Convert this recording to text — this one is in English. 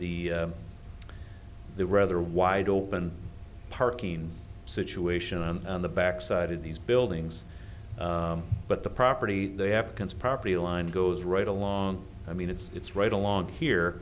the the rather wide open parking situation on the back side of these buildings but the property the africans property line goes right along i mean it's right along here